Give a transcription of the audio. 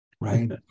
Right